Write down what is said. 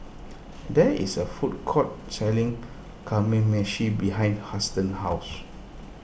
there is a food court selling Kamameshi behind Huston's house